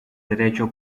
derecho